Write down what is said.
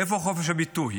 איפה חופש הביטוי?